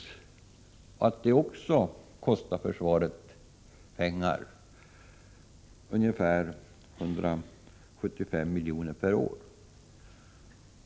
Allt detta kostar pengar för försvaret, ungefär 125 miljoner per år.